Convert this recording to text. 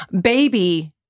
baby